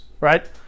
right